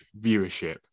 viewership